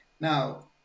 Now